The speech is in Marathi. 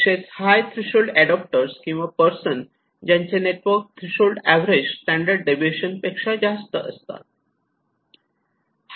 तसेच हाय थ्रेशोल्ड एडाप्टर किंवा पर्सन ज्यांचे network threshold average standard deviation पेक्षा जास्त असतात